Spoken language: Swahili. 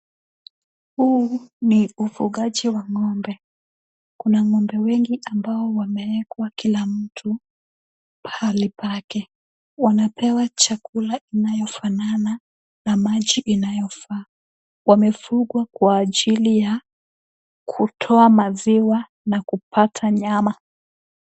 Huu ni ufugaji wa ngombe . Kuna ngombe wengi ambao wamewekwa kila mtu pahali pake. Wanapewa chakula inayofanana na maji inayofaa. Wamefugwa kwa ajili ya kutoa maziwa na kupata nyama.